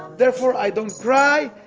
therefore i don't cry,